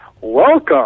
Welcome